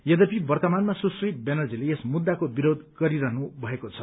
यद्यपि वर्तमानमा सुश्री ब्यानर्जीले यस मुद्दाको विरोध गरिरहनु भएको छ